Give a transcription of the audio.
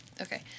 Okay